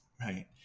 Right